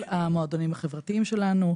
כל המועדונים החברתיים שלנו,